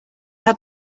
had